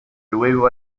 luego